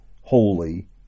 holy